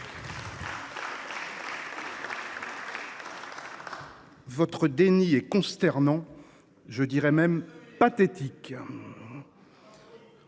Votre déni est consternant – je dirais même « pathétique